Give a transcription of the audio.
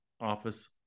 office